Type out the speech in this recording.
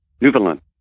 Newfoundland